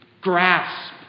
grasp